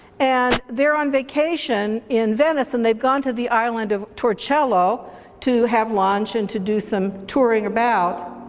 and they're on vacation in venice and they've gone to the island of torcello to have lunch and to do some touring about.